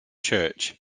church